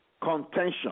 contention